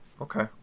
Okay